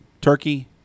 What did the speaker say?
turkey